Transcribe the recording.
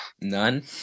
None